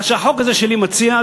מה שהחוק הזה שלי מציע,